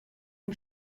une